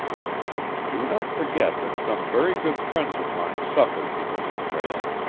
do not forget that some very good friends of mine suffered because of prale.